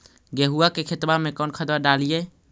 गेहुआ के खेतवा में कौन खदबा डालिए?